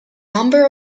number